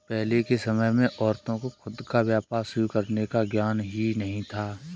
पहले के समय में औरतों को खुद का व्यापार शुरू करने का ज्ञान ही नहीं था